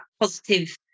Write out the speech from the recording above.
positive